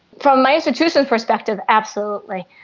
from my institution's perspective, absolutely.